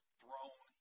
thrown